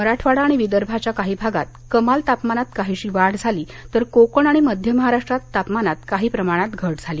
मराठवाडा आणि विदर्भाच्या काही भागात कमाल तापमानात काहीशी वाढ झाली तर कोकण आणि मध्य महाराष्ट्रात तापमानात काही प्रमाणात घट झाली